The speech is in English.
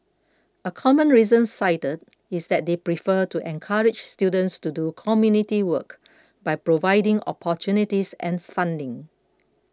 a common reason cited is that they prefer to encourage students to do community work by providing opportunities and funding